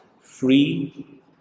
free